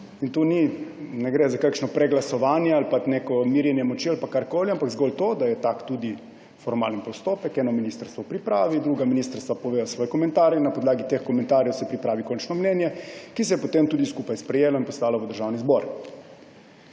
organ. Tu ne gre za kakšno preglasovanje ali pa neko merjenje moči ali pa karkoli, ampak zgolj to, da je tak tudi formalni postopek. Eno ministrstvo pripravi, druga ministrstva povedo svoje komentarje in na podlagi teh komentarjev se pripravi končno mnenje, ki se je potem tudi skupaj sprejme in pošlje v Državni zbor.